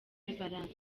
valentin